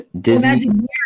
disney